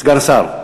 בבקשה, סגן השר.